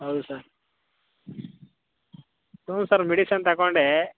ಹೌದು ಸಾರ್ ಹ್ಞೂ sir medicine ತಗೊಂಡೇ